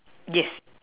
yes